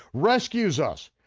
rescues us,